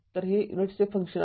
तर हे unit function आहे